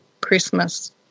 Christmas